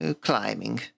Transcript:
Climbing